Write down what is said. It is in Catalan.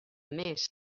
més